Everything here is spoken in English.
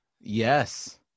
Yes